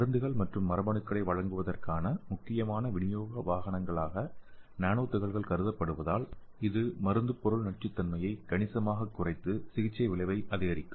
மருந்துகள் மற்றும் மரபணுக்களை வழங்குவதற்கான முக்கியமான விநியோக வாகனங்களாக நானோ துகள்கள் கருதப்படுவதால் இது மருந்துப்பொருள் நச்சுத்தன்மையை கணிசமாகக் குறைத்து சிகிச்சை விளைவை அதிகரிக்கும்